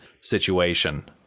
situation